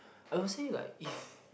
I will say like if